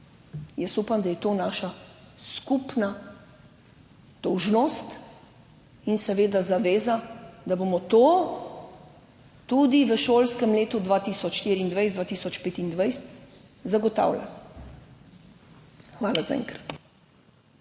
Jaz upam, da je to naša skupna dolžnost in seveda zaveza, da bomo to tudi v šolskem letu 2024/2025 zagotavljali. Hvala za enkrat.